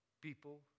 people